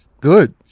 Good